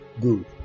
good